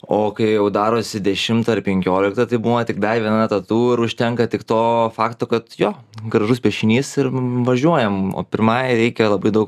o kai jau darosi dešimtą ar penkioliktą tai būna tik dar viena tatū ir užtenka tik to fakto kad jo gražus piešinys ir važiuojam o pirmai reikia labai daug